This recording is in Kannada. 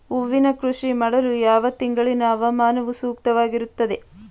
ಹೂವಿನ ಕೃಷಿ ಮಾಡಲು ಯಾವ ತಿಂಗಳಿನ ಹವಾಮಾನವು ಸೂಕ್ತವಾಗಿರುತ್ತದೆ?